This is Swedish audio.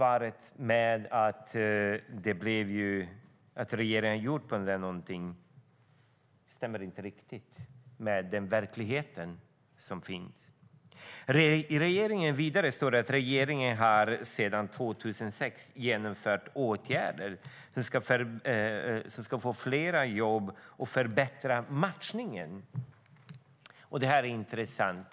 Att regeringen skulle ha gjort någonting åt detta stämmer inte riktigt med verkligheten. I svaret står det vidare: "Regeringen har sedan 2006 genomfört . åtgärder för att fler ska få jobb och förbättra matchningen." Det här är intressant.